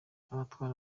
abatwara